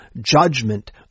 judgment